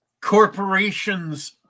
Corporations